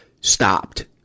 stopped